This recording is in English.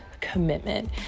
commitment